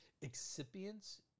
Excipients